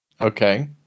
Okay